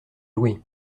louée